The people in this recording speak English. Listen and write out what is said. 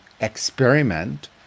experiment